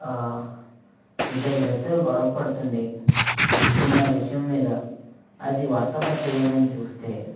ఇద్దరు వ్యక్తులు గొడవ పడుతూ ఉండి చిన్న విషయం మీద అది వార్తపత్రిక కానీ చూస్తే